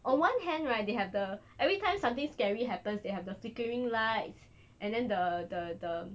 on one hand right they have the everytime something scary happens they have the flickering lights and then the the the